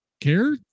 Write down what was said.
care